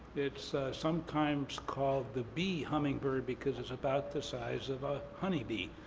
it's sometimes called the bee hummingbird because it's about the size of a honey bee.